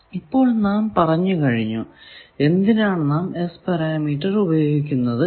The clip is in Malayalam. ഇപ്പോൾ നാം പറഞ്ഞു കഴിഞ്ഞു എന്തിനാണ് നാം S പാരാമീറ്റർ ഉപയോഗിക്കുന്നത് എന്ന്